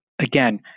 again